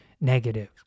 negative